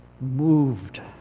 moved